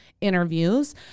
interviews